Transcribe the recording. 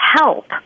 help